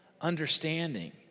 understanding